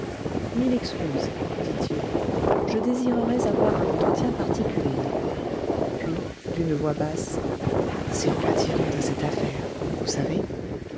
mille excuses dit-il je désirerais avoir un entretien particulier puis d'une voix basse c'est relativement à cette affaire vous savez